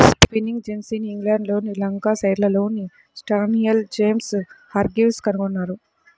spinning జెన్నీని ఇంగ్లండ్లోని లంకాషైర్లోని స్టాన్హిల్ జేమ్స్ హార్గ్రీవ్స్ కనుగొన్నారు